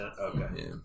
Okay